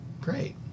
Great